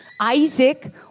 Isaac